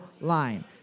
Line